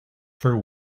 for